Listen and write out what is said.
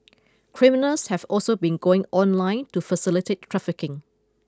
criminals have also been going online to facilitate trafficking